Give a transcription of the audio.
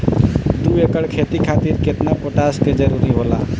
दु एकड़ खेती खातिर केतना पोटाश के जरूरी होला?